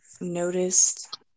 noticed